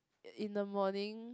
in the morning